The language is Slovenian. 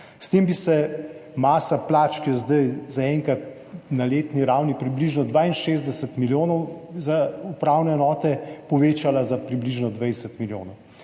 S tem bi se masa plač, ki je zdaj zaenkrat na letni ravni približno 62 milijonov za upravne enote, povečala za približno 20 milijonov.